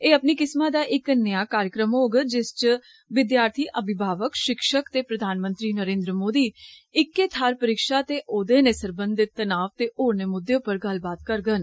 एह् अपनी किस्मा दा इक नेया कार्जक्रम होग जिस च विद्यार्थी अविभावक षिक्षक ते प्रधानमंत्री नरेन्द्र मोदी इक्के थाहर परिक्षा ते औदे ने सरबंधित तनाव ते होरनें मुद्दे उप्पर गल्लबात करगंन